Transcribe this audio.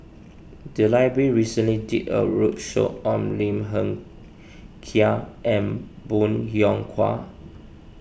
the library recently did a roadshow on Lim Hng Kiang and Bong Hiong Hwa